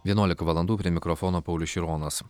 vienuolika valandų prie mikrofono paulius šironas